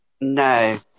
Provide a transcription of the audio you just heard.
No